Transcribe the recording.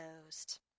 closed